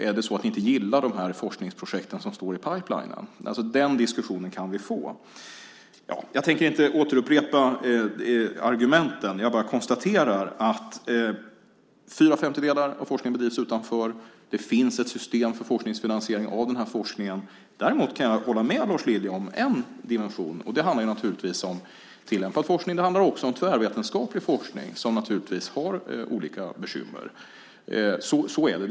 Är det så att ni inte gillar forskningsprojekten som står i pipelinen? Den diskussionen kan vi få. Jag tänker inte återupprepa argumenten. Jag bara konstaterar att fyra femtedelar av forskningen bedrivs utanför. Det finns ett system för finansiering av forskningen. Däremot kan jag hålla med Lars Lilja om en dimension. Det handlar om tillämpad forskning och också om tvärvetenskaplig forskning. Den har naturligtvis olika bekymmer. Så är det.